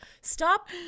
stop